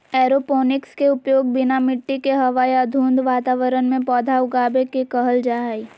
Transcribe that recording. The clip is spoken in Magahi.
एरोपोनिक्स के उपयोग बिना मिट्टी के हवा या धुंध वातावरण में पौधा उगाबे के कहल जा हइ